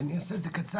אני אעשה את זה קצר,